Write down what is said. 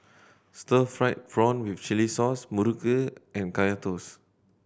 stir fried prawn with chili sauce muruku and Kaya Toast